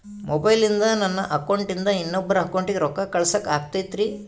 ಮೊಬೈಲಿಂದ ನನ್ನ ಅಕೌಂಟಿಂದ ಇನ್ನೊಬ್ಬರ ಅಕೌಂಟಿಗೆ ರೊಕ್ಕ ಕಳಸಾಕ ಆಗ್ತೈತ್ರಿ?